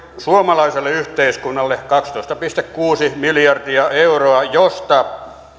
suomalaiselle yhteiskunnalle kaksitoista pilkku kuusi miljardia euroa josta